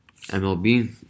MLB